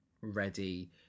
ready